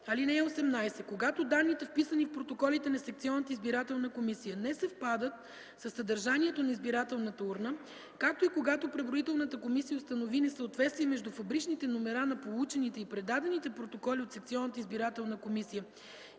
(18) Когато данните, вписани в протоколите на секционната избирателна комисия не съвпадат със съдържанието на избирателната урна, както и когато преброителната комисия установи несъответствие между фабричните номера на получените и предадените протоколи от секционната избирателна комисия